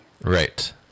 Right